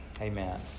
Amen